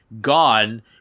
gone